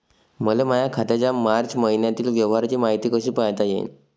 मले माया खात्याच्या मार्च मईन्यातील व्यवहाराची मायती कशी पायता येईन?